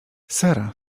sara